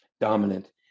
dominant